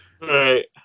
Right